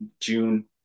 June